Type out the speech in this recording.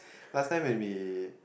last time when we